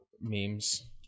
memes